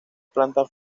plantas